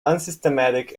unsystematic